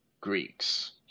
Greeks